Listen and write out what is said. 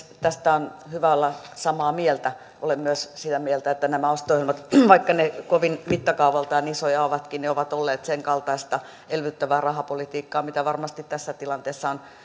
tästä on hyvä olla samaa mieltä olen myös sitä mieltä että nämä osto ohjelmat vaikka ne mittakaavaltaan kovin isoja ovatkin ovat olleet sen kaltaista elvyttävää rahapolitiikkaa mitä varmasti tässä tilanteessa on